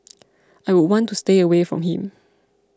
I would want to stay away from him